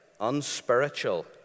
unspiritual